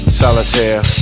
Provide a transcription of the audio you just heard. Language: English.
solitaire